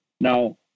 Now